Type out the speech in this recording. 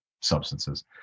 substances